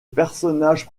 personnage